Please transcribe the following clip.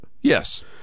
Yes